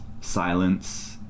silence